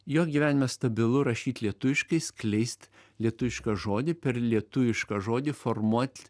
jo gyvenime stabilu rašyt lietuviškai skleist lietuvišką žodį per lietuvišką žodį formuot